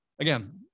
Again